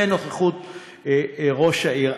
בנוכחות ראש העיר.